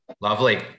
Lovely